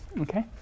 okay